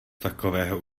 takového